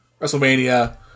WrestleMania